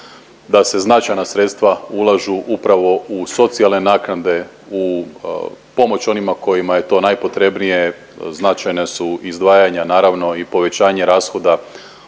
da se značajna sredstva ulažu upravo u socijalne naknade, u pomoć onima kojima je to najpotrebnije, značajna su izdvajanja naravno i povećanje rashoda